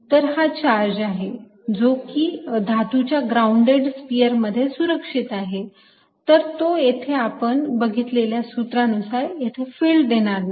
तर हा चार्ज जो कि धातूच्या ग्रॉउंडेड स्पिअर मध्ये सुरक्षित आहे तर तो येथे आपण बघितलेल्या सूत्रानुसार येथे फिल्ड देणार नाही